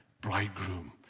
bridegroom